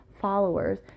followers